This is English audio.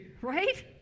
right